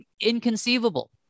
inconceivable